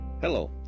Hello